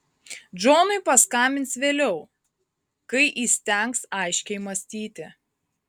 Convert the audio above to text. džonui paskambins vėliau kai įstengs aiškiai mąstyti